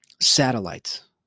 satellites